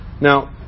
Now